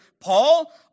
Paul